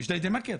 ג'דיידה מכר.